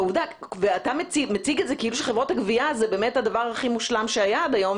ואתה מציג את זה כאילו חברות הגבייה זה הדבר הכי מושלם שהיה עד היום,